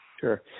sure